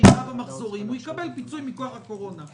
ירידה במחזורים הוא יקבל פיצוי מכוח הקורונה.